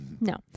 No